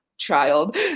child